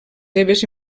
seves